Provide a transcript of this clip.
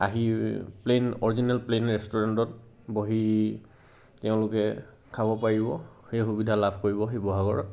আহি plane original plane ৰেষ্টুৰেণ্টত বহি তেওঁলোকে খাব পাৰিব সেই সুবিধা লাভ কৰিব শিৱসাগৰত